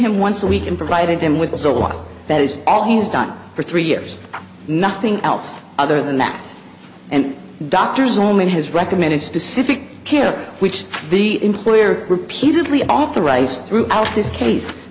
him once a week and provided him with zoloft that is all he has done for three years nothing else other than that and doctors only in his recommended specific care which the employer repeatedly authorized throughout this case